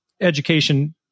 education